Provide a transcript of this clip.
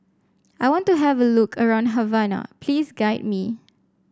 I want to have a look around Havana please guide me